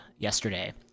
yesterday